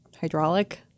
hydraulic